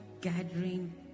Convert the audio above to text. gathering